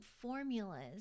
formulas